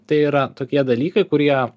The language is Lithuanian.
tai yra tokie dalykai kurie